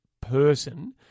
person